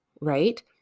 right